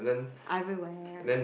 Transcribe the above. everywhere